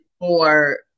more